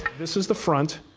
this is the front.